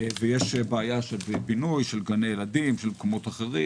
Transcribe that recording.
ויש בעיה בבינוי של גני ילדים ושל מקומות אחרים,